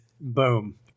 boom